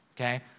okay